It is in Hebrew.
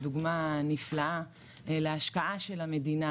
היא דוגמה נפלאה להשקעה של המדינה.